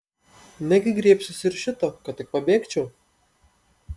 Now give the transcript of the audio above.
negi griebsiuosi ir šito kad tik pabėgčiau